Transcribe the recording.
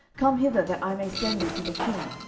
come hither, that i may send thee to the king,